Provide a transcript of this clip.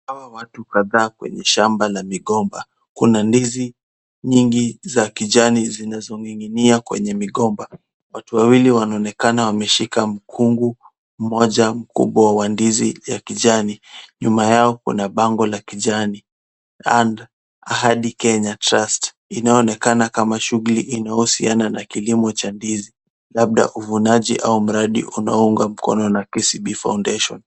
Hawa watu kadhaa kwenye shamba la migomba. Kuna ndizi nyingi za kijani zinazoning'inia kwenye migomba. Watu wawili wanaonekana wameshika mkungu mmoja mkubwa wa ndizi ya kijani. Nyuma yao kuna bango la kijani Ahadi Kenya Trust inaonekana kama shughuli inayohusiana na kilimo cha ndizi labda uvunaji au mradi unaounga mkono na KCB Foundation.